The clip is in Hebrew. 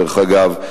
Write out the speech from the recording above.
דרך אגב,